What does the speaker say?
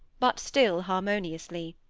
but still harmoniously.